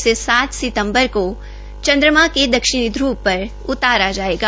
इसे सात सितम्बर को चन्द्रमा की दक्षिणी ध्र्व पर उतारा जायेगा